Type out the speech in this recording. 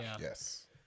Yes